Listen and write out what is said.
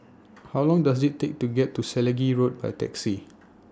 How Long Does IT Take to get to Selegie Road By Taxi